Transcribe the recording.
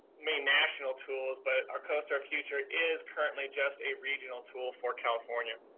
main national tools but ourcoastourfuture is currently just a regional tool for california.